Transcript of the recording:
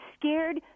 scared